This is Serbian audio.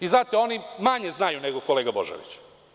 I zato oni manje znaju, nego kolega Božović.